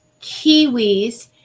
kiwis